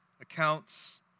accounts